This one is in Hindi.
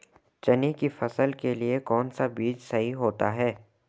चने की फसल के लिए कौनसा बीज सही होता है?